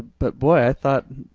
but boy i thought,